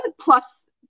plus